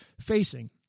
facing